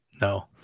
No